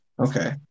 Okay